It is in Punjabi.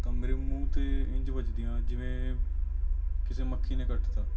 ਤਾਂ ਮੇਰੇ ਮੂੰਹ 'ਤੇ ਇੰਝ ਵੱਜਦੀ ਆ ਜਿਵੇਂ ਕਿਸੇ ਮੱਖੀ ਨੇ ਕੱਟ ਦਿੱਤਾ